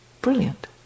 brilliant